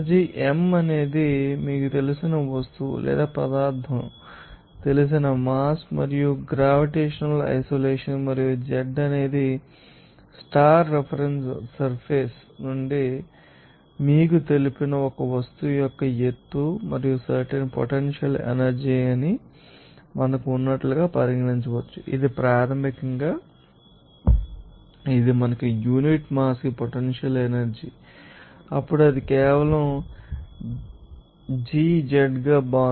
M అనేది మీకు తెలిసిన వస్తువు లేదా పదార్థం మీకు తెలిసిన మాస్ మరియు గ్రా గ్రావిటేషన్ ఐసోలేషన్ మరియు z అనేది స్టార్ రిఫరెన్స్ సర్ఫెస్ నుండి మీకు తెలిసిన వస్తువు యొక్క ఎత్తు మరియు సర్టెన్ పొటెన్షియల్ ఎనర్జీ ని మనకు ఉన్నట్లుగా పరిగణించవచ్చు ఇది ప్రాథమికంగా ఇది మనకు యూనిట్ మాస్ కి పొటెన్షియల్ ఎనర్జీ అప్పుడు అది కేవలం gz గా మారుతుంది